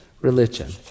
religion